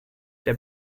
der